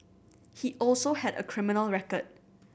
he also had a criminal record